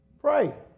pray